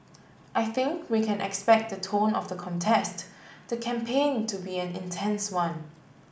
I think we can expect the tone of the contest the campaign to be an intense one